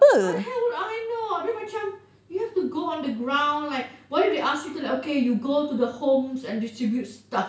how the hell would I know abeh macam you have to go on the ground like what if they ask you to like okay you go to the homes and distribute stuff